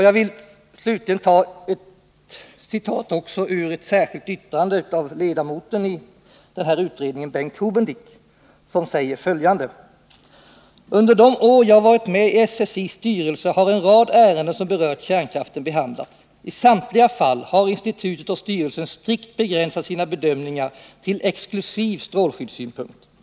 Jag vill slutligen citera från ett särskilt yttrande av en ledamot i denna utredning, Bengt Hubendick, som säger följande: ”Under de år jag varit med i SSI:s styrelse har en rad ärenden som berört kärnkraften behandlats. I samtliga fall har institutet och styrelsen strikt begränsat sina bedömningar till exklusiv strålskyddssynpunkt.